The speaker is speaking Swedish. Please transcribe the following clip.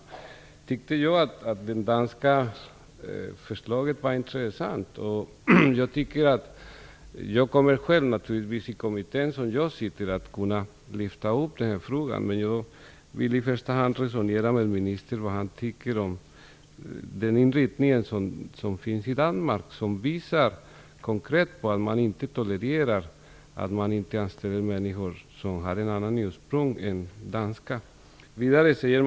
Därför tyckte jag att det danska förslaget var intressant. Jag kommer naturligtvis själv i den kommitté jag sitter i lyfta fram frågan, men jag vill i första hand resonera med ministern om vad han tycker om den inriktning som finns i Danmark. Där visar man konkret att man inte tolererar att människor som har ett annat ursprung än det danska inte anställs.